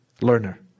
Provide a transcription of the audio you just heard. learner